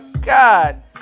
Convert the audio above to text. God